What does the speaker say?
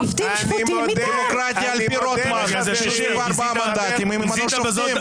דמוקרטיה --- 64 מנדטים ימנו שופטים.